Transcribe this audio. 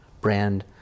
brand